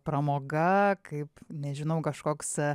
pramoga kaip nežinau kažkoks